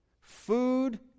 food